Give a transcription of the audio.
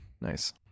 Nice